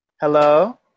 Hello